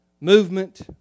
movement